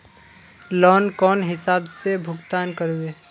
Loan कौन हिसाब से भुगतान करबे?